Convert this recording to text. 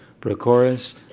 Prochorus